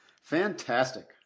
Fantastic